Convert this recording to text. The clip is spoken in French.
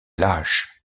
lâche